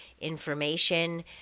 information